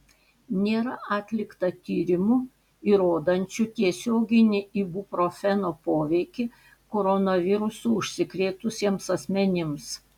nėra atlikta tyrimų įrodančių tiesioginį ibuprofeno poveikį koronavirusu užsikrėtusiems asmenims